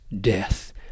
death